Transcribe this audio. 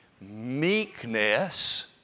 meekness